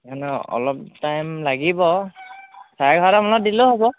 সেইকাৰণে অলপ টাইম লাগিব চাৰে এঘাৰটামানত দিলেও হ'ব